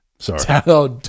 Sorry